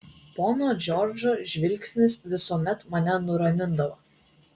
pono džordžo žvilgsnis visuomet mane nuramindavo